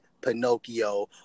Pinocchio